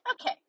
Okay